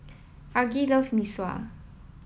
Argie loves Mee Sua